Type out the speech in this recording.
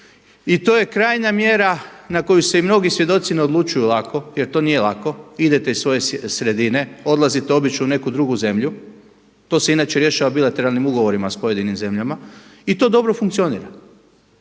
i to je krajnja mjera na koju se i mnogi svjedoci ne odlučuju lako jer to nije lako, idete iz svoje sredine, odlazite obično u neku drugu zemlju. To se inače rješava bilateralnim ugovorima s pojedinim zemljama i to dobro funkcionira.